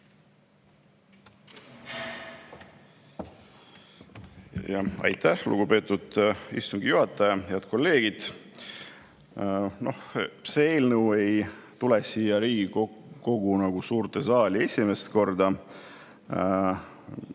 Aitäh, lugupeetud istungi juhataja! Head kolleegid! See eelnõu ei ole siin Riigikogu suures saalis esimest korda.